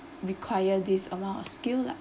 require this amount of skill lah